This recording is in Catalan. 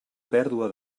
pèrdua